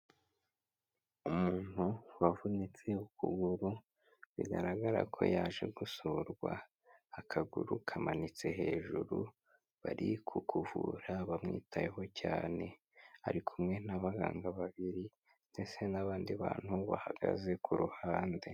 Umuntu wavunitse ukuguru bigaragara ko yaje gusurwa, akaguru kamanitse hejuru, bari kukuvura bamwitayeho cyane, ari kumwe n'abaganga babiri ndetse n'abandi bantu bahagaze ku ruhande.